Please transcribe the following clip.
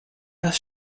das